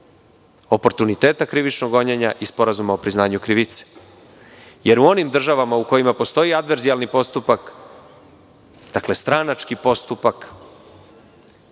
oportuniteta krivičnog gonjenja i sporazuma o priznanju krivice. Jer, u onim državama u kojima postoji adverzijalni postupak, dakle, stranački postupak,